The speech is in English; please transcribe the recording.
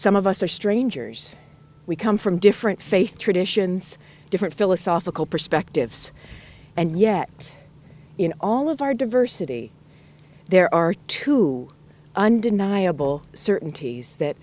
some of us are strangers we come from different faith traditions different philosophical perspectives and yet in all of our diversity there are two undeniable certainties that